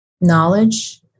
knowledge